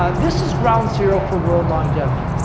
ah this is ground zero for world longevity.